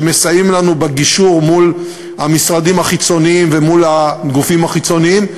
שמסייעים לנו בגישור מול המשרדים החיצוניים ומול הגופים החיצוניים,